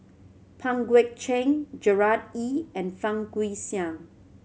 Pang Guek Cheng Gerard Ee and Fang Guixiang